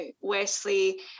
Wesley